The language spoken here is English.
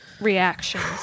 reactions